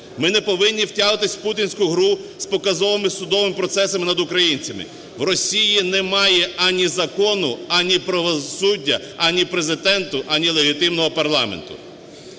Ми не повинні втягуватись в путінську гру з показовими судовими процесами над українцями. В Росії немає ані закону, ані правосуддя, ані Президента, ані легітимного парламенту.